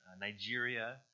Nigeria